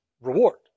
reward